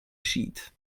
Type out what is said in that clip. sheet